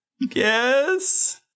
Yes